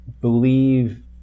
believe